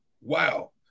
Wow